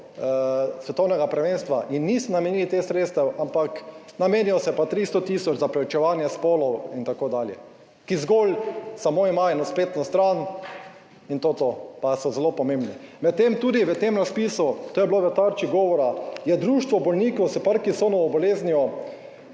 svetovnega prvenstva in niso namenili teh sredstev, ampak namenijo se pa 300 tisoč za preučevanje spolov, itd. ki zgolj samo ima eno spletno stran in to je to, pa so zelo pomembni. Medtem tudi v tem razpisu, to je bilo v Tarči govora, je Društvo bolnikov s Parkinsonovo boleznijo